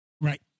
Right